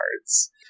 cards